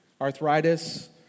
arthritis